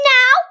Now